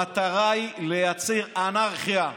המטרה היא לייצר אנרכיה,